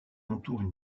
entourent